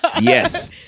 Yes